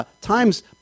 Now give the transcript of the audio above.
Times